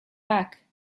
back